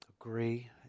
agree